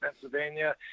pennsylvania